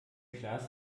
klaas